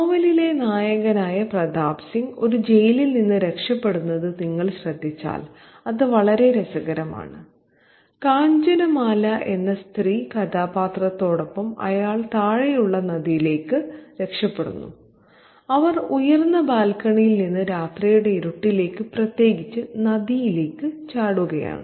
നോവലിലെ നായകനായ പ്രതാപ് സിംഗ് ഒരു ജയിലിൽ നിന്ന് രക്ഷപ്പെടുന്നത് നിങ്ങൾ ശ്രദ്ധിച്ചാൽ അത് വളരെ രസകരമാണ് കാഞ്ചനമാല എന്ന സ്ത്രീ കഥാപാത്രത്തോടൊപ്പം അയാൾ താഴെയുള്ള നദിയിലേക്ക് രക്ഷപ്പെടുന്നു അവർ ഉയർന്ന ബാൽക്കണിയിൽ നിന്ന് രാത്രിയുടെ ഇരുട്ട്ലേക്ക് പ്രത്യേകിച്ച് നദിയിലേക്ക് ചാടുകയാണ്